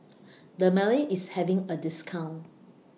Dermale IS having A discount